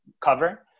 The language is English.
cover